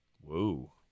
Whoa